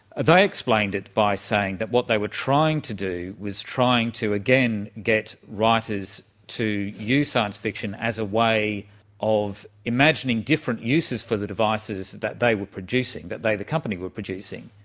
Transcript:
they explained it by saying that what they were trying to do was trying to, again, get writers to use science fiction as a way of imagining different uses for the devices that they were producing, that they the company were producing,